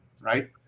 right